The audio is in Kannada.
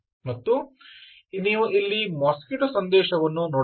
ಮತ್ತು ನೀವು ಇಲ್ಲಿ ಮೊಸ್ಕಿಟೊ ಸಂದೇಶವನ್ನು ನೋಡಬಹುದು